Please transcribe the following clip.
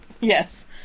Yes